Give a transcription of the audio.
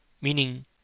Meaning